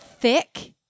Thick